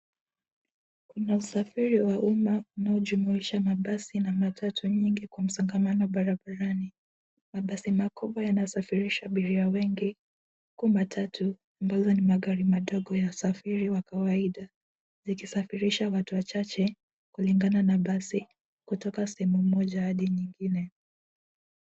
Kuna usafiri wa umma unaojumuisha mabasi na matatu nyingi kwa msongamano barabarani. Mabasi makubwa yanayosafirisha abiria wengi huku matatu ambazo ni magari madogo ya usafiri wa kawaida zikisafirisha watu wachache kulingana na basi kutoka sehemu moja hadi nyingine.